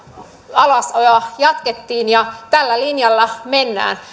alasajoa jatkettiin ja tällä linjalla mennään